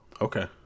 Okay